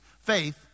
faith